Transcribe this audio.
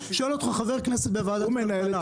שואל אותך חבר כנסת בוועדת הכלכלה,